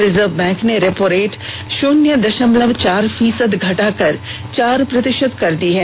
reserve bank ने repo rate शून्य दशमलव चार फीसद घटाकर चार प्रतिशत कर दी है